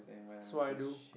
so I do